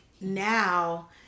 now